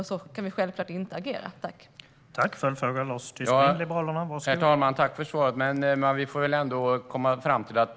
Och vi kan självklart inte agera på ett sådant sätt.